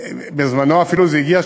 בזמנו אפילו זה הגיע,